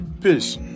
peace